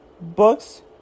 books